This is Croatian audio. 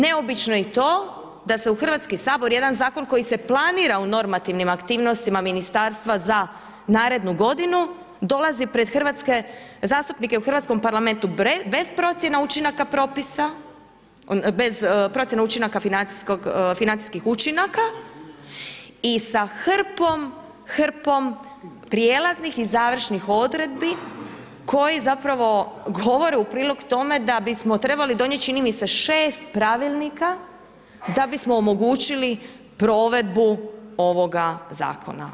Neobično je i to da se u Hrvatski sabor, jedan zakon, koji se planira u normativnim aktivnostima ministarstva za narednu godinu, dolaze pred hrvatske zastupnike u Hrvatskom parlamentu, bez procijene učinaka propisa, bez procjene učinaka financijskih učinaka i sa hrpom prijelaznim i završnih odredbi koji zapravo govore u prilog tome, da bismo trebali donijeti, čini mi se 6 pravilnika, da bismo omogućili provedbu ovoga zakona.